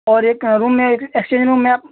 और एक रूम में एक्सचेंज रूम में